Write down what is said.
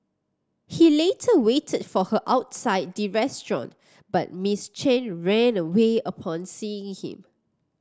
he later waited for her outside the restaurant but Miss Chen ran away upon seeing him